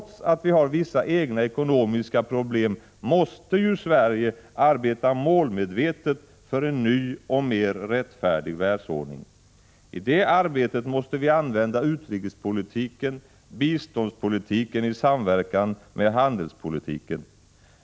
Trots att vi har vissa egna ekonomiska problem måste Sverige arbeta målmedvetet för en ny och mer rättfärdig världsordning. I det arbetet måste vi använda utrikespolitiken och biståndspolitiken i samverkan med handelspolitiken.